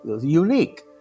unique